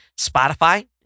Spotify